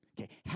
Okay